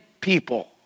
people